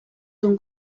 son